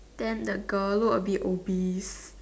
then the girl look a bit obese